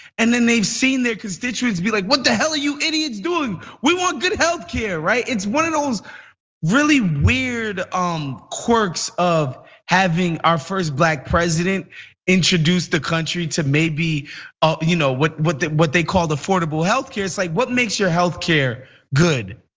and then they've seen their constituents be like, what the hell are you idiots doing? we want good health care, right? it's one of those really weird um quirks of having our first black president introduced the country to maybe ah you know what what they call the affordable health care. it's like what makes your health care good?